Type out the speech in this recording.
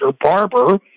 barber